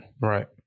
right